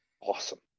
awesome